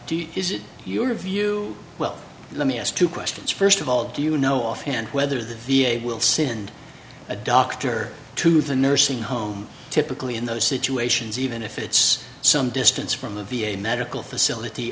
travel is it your view well let me ask two questions first of all do you know offhand whether the v a will send a doctor to the nursing home typically in those situations even if it's some distance from the v a medical facility